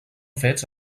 fets